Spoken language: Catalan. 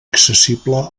accessible